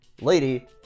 lady